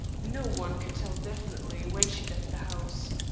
no one could tell definitely when she left the house.